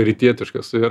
rytietiškas ir